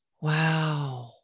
Wow